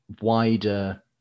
wider